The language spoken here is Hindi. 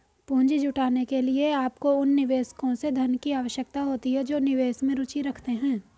पूंजी जुटाने के लिए, आपको उन निवेशकों से धन की आवश्यकता होती है जो निवेश में रुचि रखते हैं